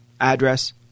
address